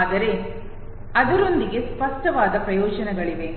ಆದರೆ ಅದರೊಂದಿಗೆ ಸ್ಪಷ್ಟವಾದ ಪ್ರಯೋಜನಗಳಿವೆ